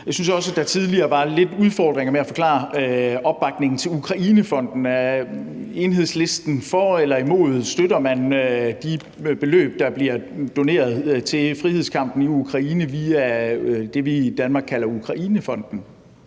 Jeg synes også, at der tidligere var lidt udfordringer med at forklare opbakningen til Ukrainefonden. Er Enhedslisten for eller imod? Støtter man de beløb, der bliver doneret til frihedskampen i Ukraine via det, vi i Danmark kalder Ukrainefonden?